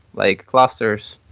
like clusters.